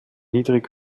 niedrig